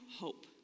hope